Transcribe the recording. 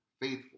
faithful